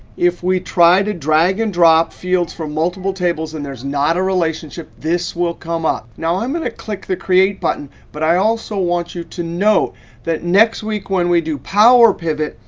if we try to drag and drop fields from multiple tables and there's not a relationship, this will come up. now i'm going to click the create button. but i also want you to note that next week when we do power pivot,